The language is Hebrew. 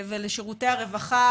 ולשירותי הרווחה,